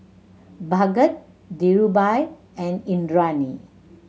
Bhagat Dhirubhai and Indranee